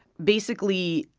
basically,